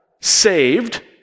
saved